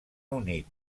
unit